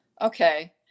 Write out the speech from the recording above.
Okay